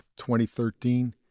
2013